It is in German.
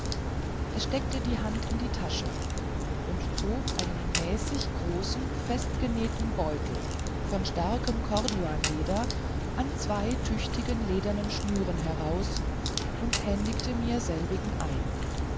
er steckte die hand in die tasche und zog einen mäßig großen festgenähten beutel von starkem korduanleder an zwei tüchtigen ledernen schnüren heraus und händigte mir selbigen ein